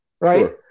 right